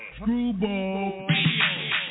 Screwball